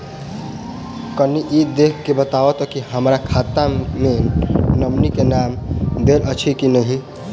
कनि ई देख कऽ बताऊ तऽ की हमरा खाता मे नॉमनी केँ नाम देल अछि की नहि?